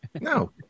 no